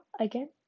again